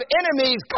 enemies